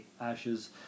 ashes